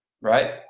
Right